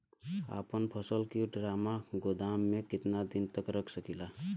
अपना फसल की ड्रामा गोदाम में कितना दिन तक रख सकीला?